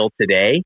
today